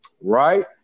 right